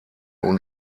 und